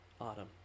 autumn